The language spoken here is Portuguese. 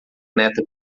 neta